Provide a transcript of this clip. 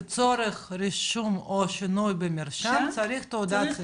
לצורך רישום או שינוי במרשם, צריך תעודה ציבורית.